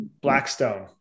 Blackstone